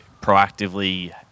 proactively